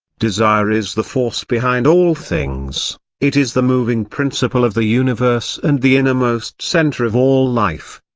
desire is the force behind all things it is the moving principle of the universe and the innermost centre of all life.